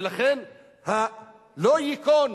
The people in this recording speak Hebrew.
ולכן לא ייכון